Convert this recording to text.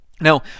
Now